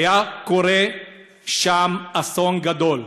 היה קורה שם אסון גדול.